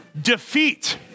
Defeat